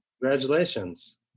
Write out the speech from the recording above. Congratulations